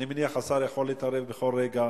אני מניח שהשר יכול להתערב בכל רגע,